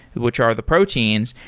which are the proteins,